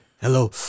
Hello